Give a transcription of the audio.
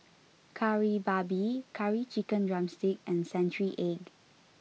Kari Babi Curry Chicken Drumstick and Century Egg